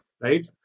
right